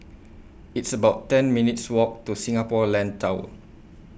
It's about ten minutes' Walk to Singapore Land Tower